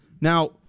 Now